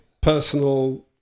personal